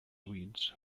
weeds